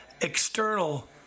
external